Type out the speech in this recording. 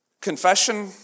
Confession